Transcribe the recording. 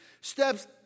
steps